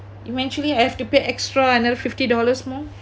eventually I have to pay extra another fifty dollars more